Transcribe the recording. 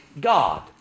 God